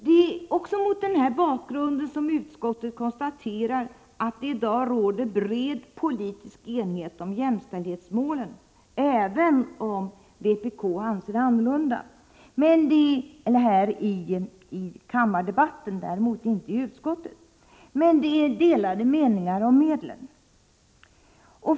Det är mot denna bakgrund utskottet konstaterar att det i dag råder bred politisk enighet om jämställdhetsmålen — även om vpk här i kammardebatten, däremot inte i utskottet, anser annorlunda — medan det är delade meningar om medlen.